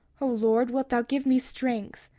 o lord, wilt thou give me strength,